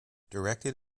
directed